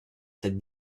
cette